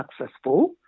successful